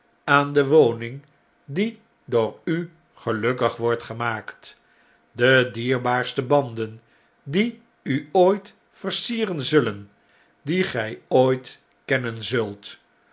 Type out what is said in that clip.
aan de woning die door u gelukkig wordt gemaakt de dierbaarste banden die u ooit versieren zullen die gij ooit kennen zult